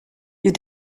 you